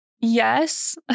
Yes